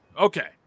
Okay